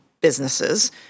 businesses